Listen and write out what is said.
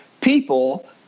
people